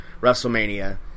WrestleMania